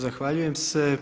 Zahvaljujem se.